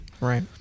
Right